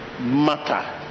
matter